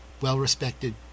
well-respected